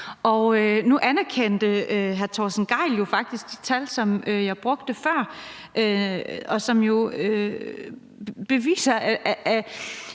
Nu anerkendte hr. Torsten Gejl jo faktisk de tal, som jeg brugte før, og som jo beviser,